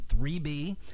3B